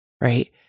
right